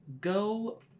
go